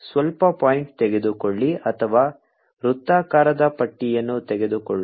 ಸ್ವಲ್ಪ ಪಾಯಿಂಟ್ ತೆಗೆದುಕೊಳ್ಳಿ ಅಥವಾ ವೃತ್ತಾಕಾರದ ಪಟ್ಟಿಯನ್ನು ತೆಗೆದುಕೊಳ್ಳೋಣ